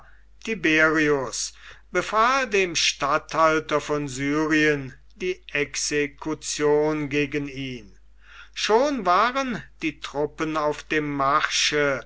tiberius befahl dem statthalter von syrien die exekution gegen ihn schon waren die truppen auf dem marsche